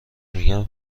میگم